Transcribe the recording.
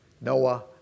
Noah